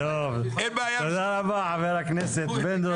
תודה רבה, חבר הכנסת פינדרוס.